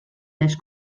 les